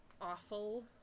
awful